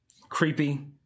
Creepy